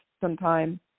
sometime